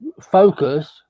focus